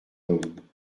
homme